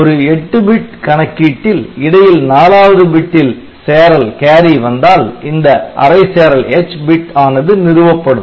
ஒரு 8 பிட் கணக்கீட்டில் இடையில் 4 வது பிட்டில் சேறல் வந்தால் இந்த அரை சேறல் H பிட் ஆனது நிறுவப்படும்